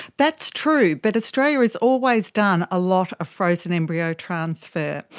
that's true, but australia has always done a lot of frozen embryo transfer,